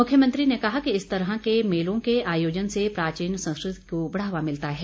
मुख्यमंत्री ने कहा कि इस तरह के मेलों के आयोजन से प्राचीन संस्कृति को बढ़ावा मिलता है